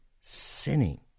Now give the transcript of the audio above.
sinning